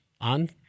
on